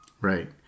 Right